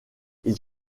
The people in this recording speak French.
ils